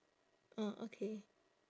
ah okay